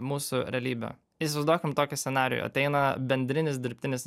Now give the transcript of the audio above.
mūsų realybę įsivaizduokim tokį scenarijų ateina bendrinis dirbtinis